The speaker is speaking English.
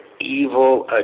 evil